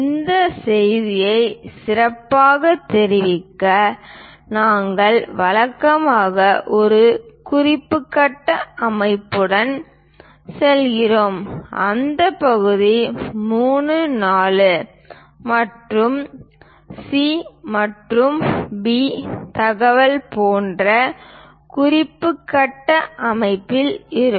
இந்த செய்தியை சிறப்பாக தெரிவிக்க நாங்கள் வழக்கமாக இந்த குறிப்பு கட்ட அமைப்புடன் செல்கிறோம் அந்த பகுதி 3 4 மற்றும் C மற்றும் B தகவல் போன்ற குறிப்பு கட்டம் அமைப்பில் இருக்கும்